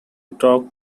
talk